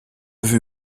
vue